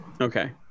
Okay